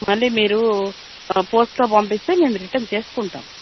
మళ్ళీ మీరు పోస్ట్లో పంపిస్తే మేము రిటర్న్ చేసుకుంటాము